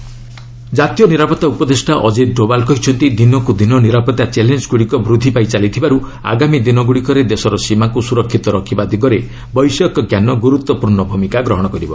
Doval BSF ଜାତୀୟ ନିରାପତ୍ତା ଉପଦେଷ୍ଟା ଅଜିତ୍ ଡୋବାଲ୍ କହିଛନ୍ତି ଦିନକୁ ଦିନ ନିରାପତ୍ତା ଚ୍ୟାଲେଞ୍ଗୁଡ଼ିକ ବୃଦ୍ଧିପାଇ ଚାଲିଥିବାରୁ ଆଗାମୀ ଦିନଗୁଡ଼ିକରେ ଦେଶର ସୀମାକୁ ସୁରକ୍ଷିତ ରଖିବା ଦିଗରେ ବୈଷୟିକ ଜ୍ଞାନ ଗୁରୁତ୍ୱପୂର୍ଣ୍ଣ ଭୂମିକା ଗ୍ରହଣ କରିବ